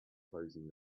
closing